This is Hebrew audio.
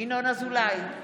ינון אזולאי,